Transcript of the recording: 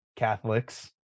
Catholics